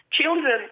children